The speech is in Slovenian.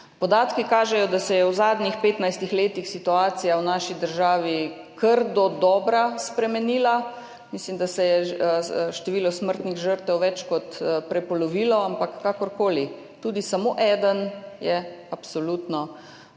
Podatki kažejo, da se je v zadnjih 15 letih situacija v naši državi kar dodobra spremenila. Mislim, da se je število smrtnih žrtev več kot prepolovilo, ampak kakorkoli, tudi samo eden je absolutno